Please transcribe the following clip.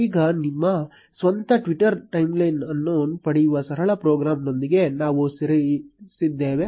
ಈಗ ನಿಮ್ಮ ಸ್ವಂತ ಟ್ವಿಟರ್ ಟೈಮ್ಲೈನ್ ಅನ್ನು ಪಡೆಯುವ ಸರಳ ಪ್ರೋಗ್ರಾಂನೊಂದಿಗೆ ನಾವು ಸಿದ್ಧರಿದ್ದೇವೆ